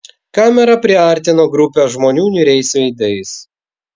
kamera priartino grupę žmonių niūriais veidais